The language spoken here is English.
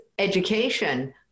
education